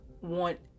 want